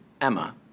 Emma